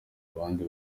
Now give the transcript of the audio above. abandi